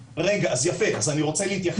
רגע, אז יפה, אז אני רוצה להתייחס לכך.